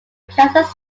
kansas